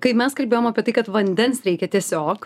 kaip mes kalbėjom apie tai kad vandens reikia tiesiog